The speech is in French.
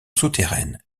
souterraine